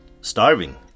starving